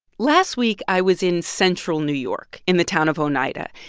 last week, i was in central new york in the town of oneida.